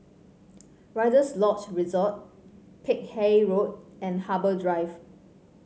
Rider's Lodge Resort Peck Hay Road and Harbour Drive